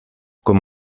com